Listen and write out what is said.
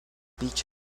beach